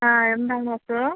ആ എന്താണ് അസുഖം